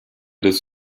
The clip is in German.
des